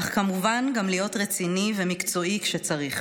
אך כמובן גם להיות רציני ומקצועי כשצריך.